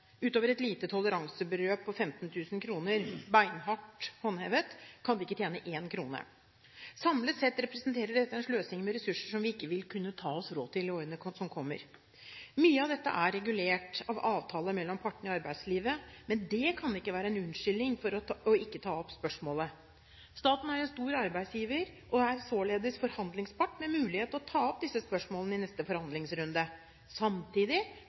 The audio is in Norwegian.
Utover et lite toleransebeløp på 15 000 kr – beinhardt håndhevet – kan de ikke tjene én krone. Samlet sett representerer dette en sløsing med ressurser som vi ikke vil kunne ta oss råd til i årene som kommer. Mye av dette er regulert av avtaler mellom partene i arbeidslivet, men dét kan ikke være en unnskyldning for ikke å ta opp spørsmålet. Staten er en stor arbeidsgiver og er således forhandlingspart med mulighet til å ta opp disse spørsmålene i neste forhandlingsrunde. Samtidig